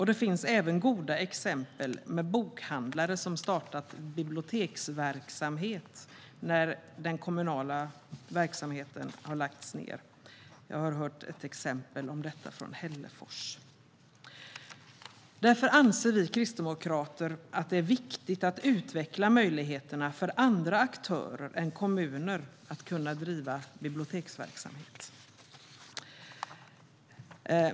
Det finns även goda exempel med bokhandlare som startat biblioteksverksamhet när de kommunala verksamheterna har lagts ned. Jag har hört om ett exempel på detta i Hällefors. Därför anser vi kristdemokrater att det är viktigt att utveckla möjligheterna för andra aktörer än kommuner att kunna driva biblioteksverksamhet.